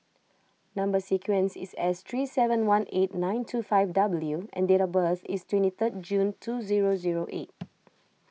Number Sequence is S three seven one eight nine two five W and date of birth is twenty third June two zero zero eight